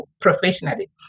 professionally